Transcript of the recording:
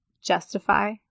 Justify